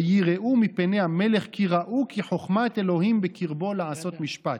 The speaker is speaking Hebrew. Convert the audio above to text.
ויראו מפני המלך כי ראו כי חכמת אלהים בקרבו לעשות משפט".